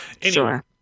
Sure